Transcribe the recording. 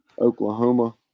Oklahoma